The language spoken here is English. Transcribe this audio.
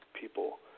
people